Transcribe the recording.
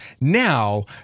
Now